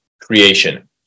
creation